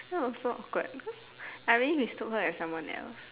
that was so awkward because I really mistook her as someone else